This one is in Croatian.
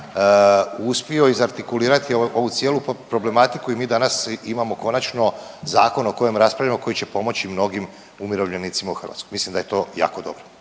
uspio izartikulirati ovu cijelu problematiku i mi danas imamo konačno zakon o kojem raspravljamo i koji će pomoći i mnogim umirovljenicima u Hrvatskoj, mislim da je to jako dobro.